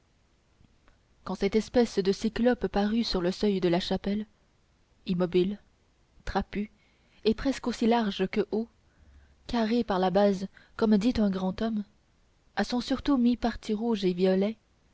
quand cette espèce de cyclope parut sur le seuil de la chapelle immobile trapu et presque aussi large que haut carré par la base comme dit un grand homme à son surtout mi-parti rouge et violet